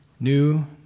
New